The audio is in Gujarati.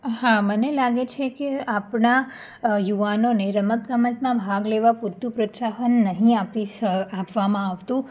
હા મને લાગે છે કે આપણા યુવાનોને રમતગમતમાં ભાગ લેવા પૂરતું પ્રોત્સાહન નહીં આપી સ આપવામાં આવતું